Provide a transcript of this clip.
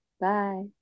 Bye